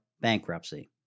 bankruptcy